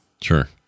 Sure